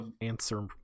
Answer